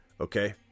okay